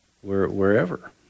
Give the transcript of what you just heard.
wherever